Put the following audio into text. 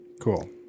Cool